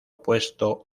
opuesto